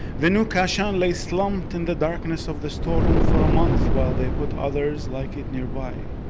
the new kashan lay slumped in the darkness of the storeroom for a month while they put others like it nearby.